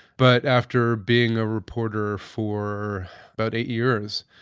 but after being a reporter for about eight years,